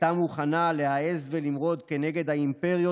הייתה מוכנה להעז ולמרוד כנגד האימפריות